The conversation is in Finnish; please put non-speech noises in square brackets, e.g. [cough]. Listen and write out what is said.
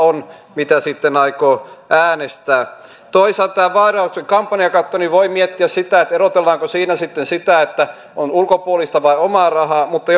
jota sitten aikoo äänestää toisaalta tämä vaalirahoituksen kampanjakatto voi miettiä sitä erotellaanko siinä sitten sitä että on ulkopuolista vai omaa rahaa mutta [unintelligible]